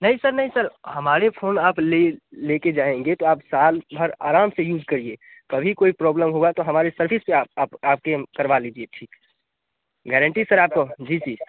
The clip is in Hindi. नहीं सर नहीं सर हमारे फ़ोन आप ले ले कर जाएँगे तो आप साल भर आराम से यूज़ करिए कभी कोई प्रॉब्लम होगा तो हमारी सर्विस है आपको हम करवा लेंगे ठीक गेरेंटी सर आपको जी जी